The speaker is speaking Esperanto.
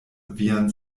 vian